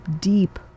deep